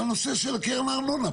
בנושא של קרן הארנונה.